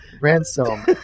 ransom